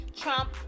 Trump